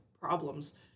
problems